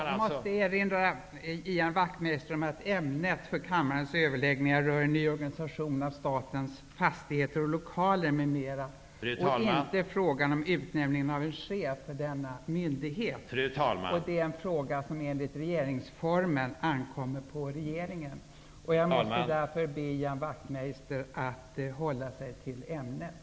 Jag måste erinra Ian Wachtmeister om att ämnet för kammarens överläggningar är ny organisation för förvaltning av statens fastigheter och lokaler m.m. och inte frågan om utnämningen av en chef för denna myndighet. Det är en fråga som enligt regeringsformen ankommer på regeringen. Jag måste be Ian Wachtmeister att hålla sig till ämnet.